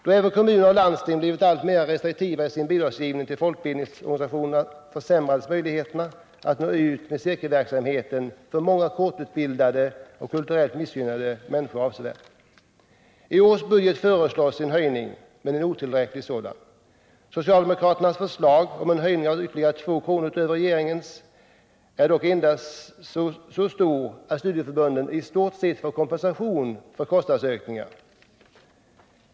Då även kommuner och landsting blivit alltmer restriktiva i sin bidragsgivning till folkbildningsorganisationerna försämrades möjligheterna att nå ut med cirkelverksamheten för många kortutbildade och kulturellt missgynnade människor avsevärt. I årets budget föreslås en höjning, men en otillräcklig sådan. Socialdemokraterna har föreslagit en höjning på ytterligare 2 kr. utöver regeringens förslag, men den är endast så stor att studieförbunden i stort sett får kompensation för förväntade kostnadsökningar.